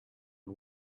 and